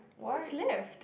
what's left